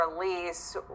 release